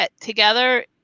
together